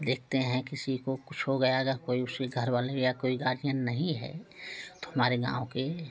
देखते हैं किसी को कुछ हो गया रह कोई उसके घरवाले या कोई गार्जियन नहीं है तो हमारे गाँव के